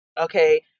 Okay